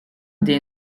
des